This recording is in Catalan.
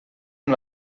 amb